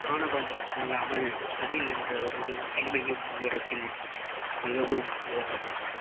ஆணவம் இல்லாமல் தமிழ் என்ற ஒரு இதுவும் எளிமையும் அவரிடத்தில் மிகவும் உயர்ந்தது